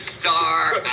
star